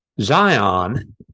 Zion